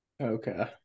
Okay